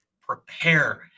prepare